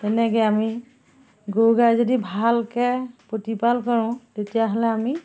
তেনেকে আমি গৰু গাই যদি ভালকে প্ৰতিপাল কৰোঁ তেতিয়াহ'লে আমি